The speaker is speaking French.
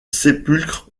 sépulcre